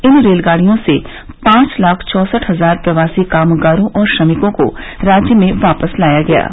इन रेलगाड़ियों से पांच लाख चौसठ हजार प्रवासी कामगारों और श्रमिकों को राज्य में वापस लाया गया है